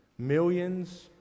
Millions